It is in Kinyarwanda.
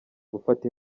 gufata